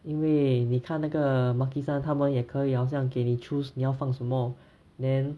因为你看那个 makisan 他们也可以好像给你 choose 你要放什么 then